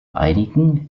einigen